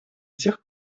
тех